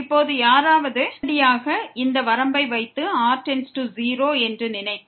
இப்போது யாராவது நேரடியாக இங்கே வரம்பை வைத்து r→0 என்று நினைத்தால்